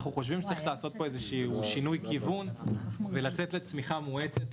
אנחנו חושבים שצריך לעשות פה שינוי כיוון ולצאת לצמיחה מואצת.